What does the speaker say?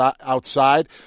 outside